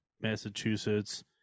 Massachusetts